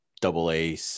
double-A